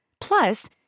Plus